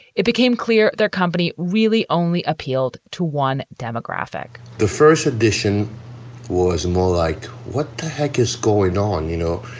it became clear their company really only appealed to one demographic the first addition was more like, what the heck is going on? you know,